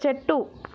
చెట్టు